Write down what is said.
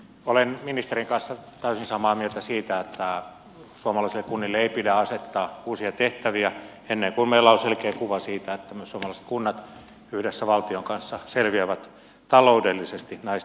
olen ministerin kanssa täysin samaa mieltä siitä että suomalaisille kunnille ei pidä asettaa uusia tehtäviä ennen kuin meillä on selkeä kuva siitä että suomalaiset kunnat yhdessä valtion kanssa selviävät taloudellisesti näistä tehtävistä